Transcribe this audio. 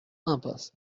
impasse